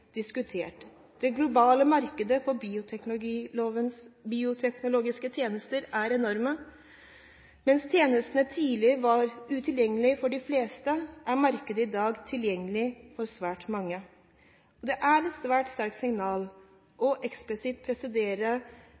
diskutert. Det globale markedet for bioteknologiske tjenester er enormt. Mens tjenestene tidligere var utilgjengelige for de fleste, er markedet i dag tilgjengelig for svært mange. Det er et svært sterkt signal eksplisitt å presisere